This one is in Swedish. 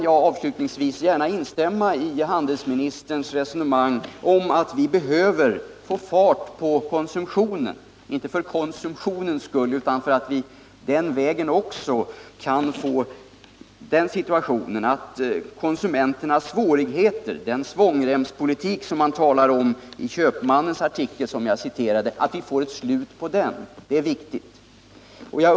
Jag instämmer gärna i handelsministerns resonemang om att vi behöver få fart på konsumtionen, inte för konsumtionens skull utan för att vi den vägen också kan få ett slut på konsumenternas svårigheter, på den svångremspolitik man talar om i Köpmannens artikel, som jag citerade. Det är viktigt.